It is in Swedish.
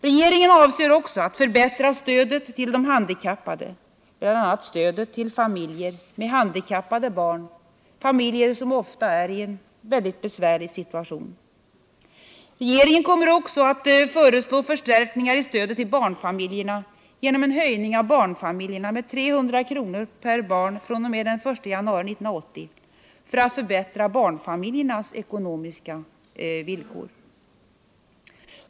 Regeringen avser att förbättra stödet till de handikappade, bl.a. stödet till familjer med handikappade barn, familjer som ofta är i en mycket besvärlig situation. Regeringen kommer vidare att föreslå förstärkningar i stödet till barnfamiljerna genom en höjning av barnbidragen med 300 kr. per barn fr.o.m. den 1 januari 1980 för att förbättra den ekonomiska situationen.